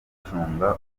gucunga